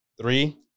three